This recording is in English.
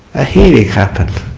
a healing happened